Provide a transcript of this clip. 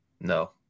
no